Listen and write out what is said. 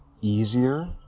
easier